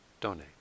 donate